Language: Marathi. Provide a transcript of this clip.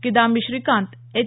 किदाम्बी श्रीकांत एच